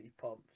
pumped